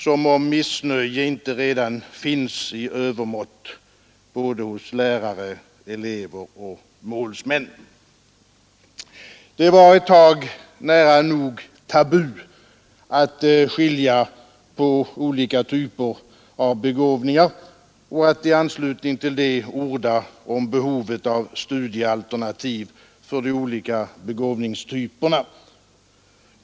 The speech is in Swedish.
Som om missnöje inte redan finns i övermått såväl hos lärare som elever och målsr Det var ett tag nära nog tabu att skilja på olika typer av begåvningar och att i anslutning till det orda om behovet av studiealternativ för de olika begåvningstyperna.